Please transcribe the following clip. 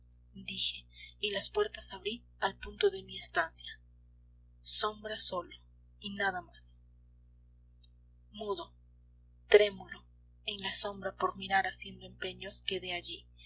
oí dije y las puertas abrí al punto de mi estancia sombras sólo y nada más mudo trémulo en la sombra por mirar haciendo empeños quedé allí